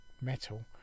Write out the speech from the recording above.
metal